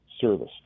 service